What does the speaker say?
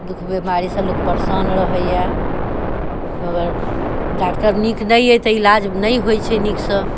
दुःख बीमारीसँ लोक परेशान रहैए मगर डॉक्टर नीक नहि अइ तऽ इलाज नहि होइ छै नीकसँ